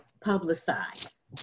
publicized